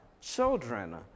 Children